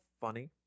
funny